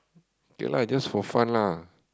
K lah just for fun lah